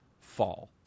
fall